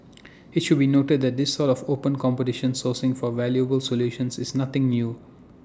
IT should be noted that this sort of open competition sourcing for valuable solutions is nothing new